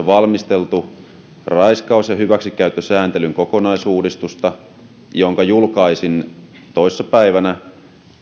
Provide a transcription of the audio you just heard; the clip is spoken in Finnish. valmisteltu raiskaus ja hyväksikäyttösääntelyn kokonaisuudistusta jonka julkaisin toissa päivänä